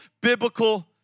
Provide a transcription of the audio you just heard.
biblical